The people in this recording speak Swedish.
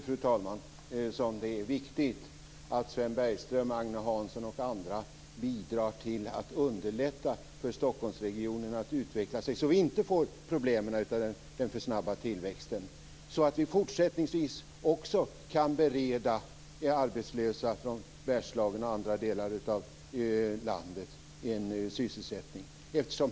Fru talman! Det är därför som det är viktigt att Sven Bergström, Agne Hansson och andra bidrar till att underlätta för Stockholmsregionen att utvecklas så att vi inte får problem av den för snabba tillväxten och så att vi fortsättningsvis också kan bereda de arbetslösa från Bergslagen och andra delar av landet en sysselsättning.